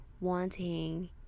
wanting